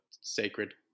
sacred